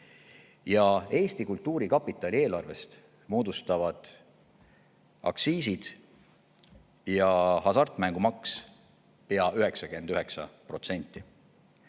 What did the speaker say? Eesti Kultuurkapitali eelarvest moodustavad aktsiisid ja hasartmängumaks pea 99%.